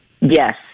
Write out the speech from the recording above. Yes